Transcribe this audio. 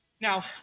Now